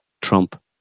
Trump